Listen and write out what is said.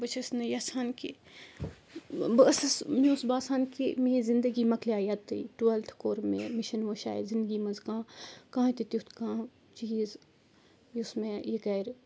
بہٕ چھس نہٕ یَژھان کہِ بہٕ ٲسٕس مےٚ اوس باسان کہِ میٲنۍ زندگی مۄکلے یتٚتھ تھٕے ٹُویلتھٕ کوٚر مےٚ مےٚ چھُنہٕ ؤنۍ شاید زندگی منٛز کانٛہہ کانٛہہ تہِ تیُتھ کانٛہہ چیٖز یُس مےٚ یہِ کَرِ